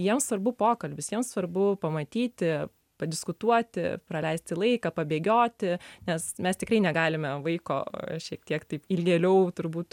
jiem svarbu pokalbis jiems svarbu pamatyti padiskutuoti praleisti laiką pabėgioti nes mes tikrai negalime vaiko šiek tiek taip ilgėliau turbūt